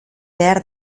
behar